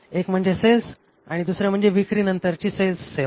एक म्हणजे सेल्स आणि दुसरे म्हणजे विक्रीनंतरची सेल्स सेवा